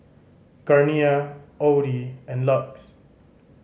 Garnier Audi and LUX